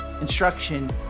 instruction